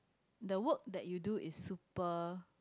the work that you do is super